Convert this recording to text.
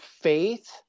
faith